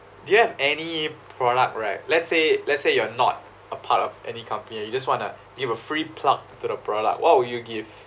do you have any product right let's say let's say you are not a part of any company you just want to give a free plug to the product what would you give